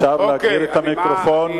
אפשר להגביר את המיקרופון?